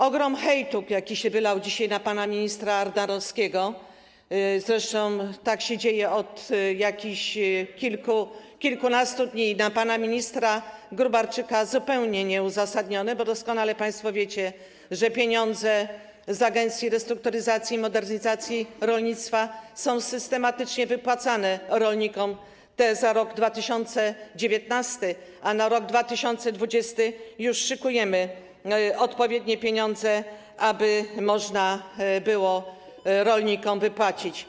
Ogrom hejtu, jaki się wylał dzisiaj na pana ministra Ardanowskiego, zresztą tak się dzieje od kilku, kilkunastu dni, i na pana ministra Gróbarczyka, jest zupełnie nieuzasadniony, bo doskonale państwo wiecie, że pieniądze z Agencji Restrukturyzacji i Modernizacji Rolnictwa są systematycznie wypłacane rolnikom, te za rok 2019, a na rok 2020 już szykujemy odpowiednie środki, aby można było je rolnikom wypłacić.